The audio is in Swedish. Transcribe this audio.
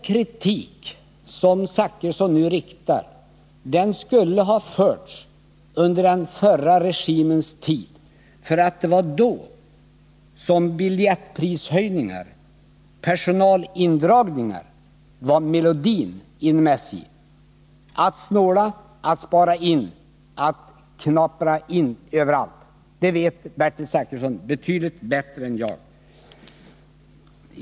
Kritiken som Bertil Zachrisson riktar mot SJ skulle ha förts fram under den förra regimens tid, för det var då som biljettprishöjningar och personalindragningar var melodin inom SJ — att snåla, att spara in och att knappa in överallt. Det vet Bertil Zachrisson betydligt bättre än jag.